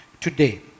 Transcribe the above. today